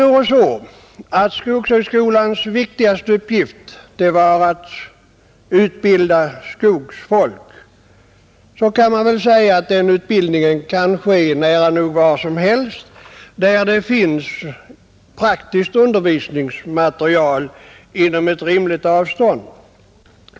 Om skogshögskolans viktigaste uppgift vore att utbilda skogsfolk, så kan man väl säga att den utbildningen kan ske nära nog var som helst där det finns praktiskt undervisningsmaterial inom rimligt avstånd.